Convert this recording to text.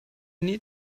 needed